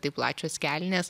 tai plačios kelnės